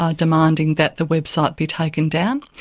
ah demanding that the website be taken down.